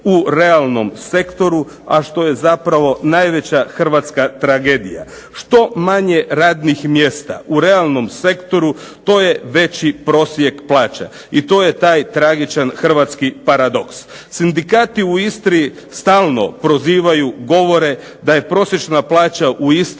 u realnom sektoru a što je zapravo najveća hrvatska tragedija. Što manje radnih mjesta u realnom sektoru to je veći prosjek plaća. I to je taj tragičan hrvatski paradoks. Sindikati u Istri stalno prozivaju govore da je prosječna plaća u Istri